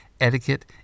etiquette